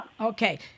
Okay